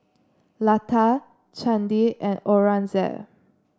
Lata Chandi and Aurangzeb